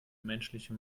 menschliche